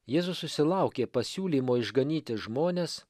jėzus susilaukė pasiūlymo išganyti žmones